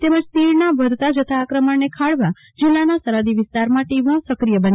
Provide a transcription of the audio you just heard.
તેમજ વધતા જતા આક્રમણને ખાળવા જિલ્લા સરફદી વિસ્તારમાં ટીમો સક્રિય બની છે